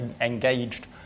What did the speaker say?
engaged